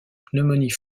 pneumonie